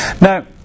Now